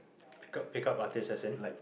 pick up pick up artist as in